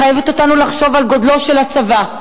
מחייבת אותנו לחשוב על גודלו של הצבא,